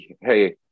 hey